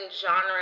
genre